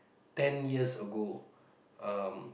ten years ago